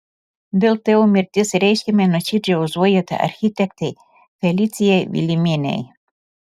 dėl tėvo mirties reiškiame nuoširdžią užuojautą architektei felicijai vilimienei